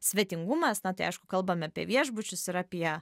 svetingumas na tai aišku kalbam apie viešbučius ir apie